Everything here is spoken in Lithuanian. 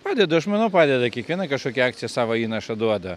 padeda aš manau padeda kiekviena kažkokia akcija savo įnašą duoda